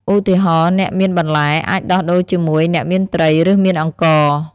ឧទាហរណ៍ អ្នកមានបន្លែអាចដោះដូរជាមួយអ្នកមានត្រី ឬមានអង្ករ។